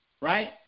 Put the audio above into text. right